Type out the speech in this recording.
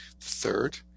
third